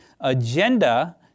agenda